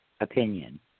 opinion